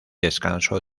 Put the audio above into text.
descanso